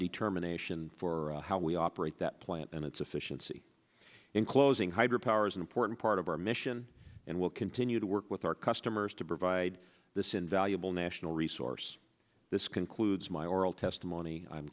determination for how we operate that plant and its efficiency in closing hydro power is an important part of our mission and we'll continue to work with our customers to provide this invaluable national resource this concludes my oral testimony i'm